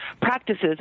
practices